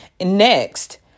Next